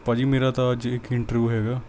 ਭਾਅ ਜੀ ਮੇਰਾ ਤਾਂ ਅੱਜ ਇੱਕ ਇੰਟਰਵੂ ਹੈਗਾ